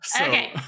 Okay